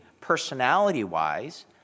personality-wise